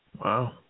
Wow